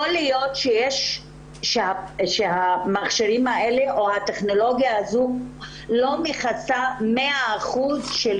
יכול להיות שהמכשירים האלה או הטכנולוגיה הזו לא מכסה 100 אחוזים של